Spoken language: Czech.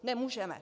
Nemůžeme!